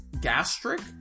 gastric